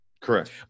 Correct